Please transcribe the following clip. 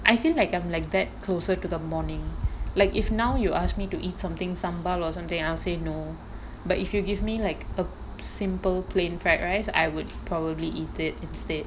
I feel like I'm like that closer to the morning like if now you ask me to eat something sambal or something I'll say no but if you give me like a simple plain fried rice I would probably eat it instead